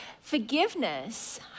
Forgiveness